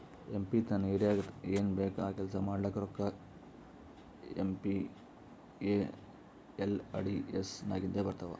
M P ತನ್ ಏರಿಯಾಗ್ ಏನ್ ಬೇಕ್ ಆ ಕೆಲ್ಸಾ ಮಾಡ್ಲಾಕ ರೋಕ್ಕಾ ಏಮ್.ಪಿ.ಎಲ್.ಎ.ಡಿ.ಎಸ್ ನಾಗಿಂದೆ ಬರ್ತಾವ್